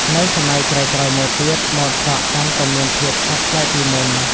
នៅសម័យក្រោយៗមកទៀត ម៉ូតសក់កាន់តែមានភាពខុសប្លែកពីមុន។